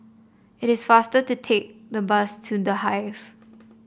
it is faster to take the bus to The Hive